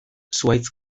zuhaitz